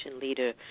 leader